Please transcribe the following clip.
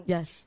Yes